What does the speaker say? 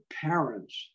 parents